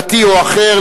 דתי או אחר,